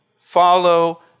follow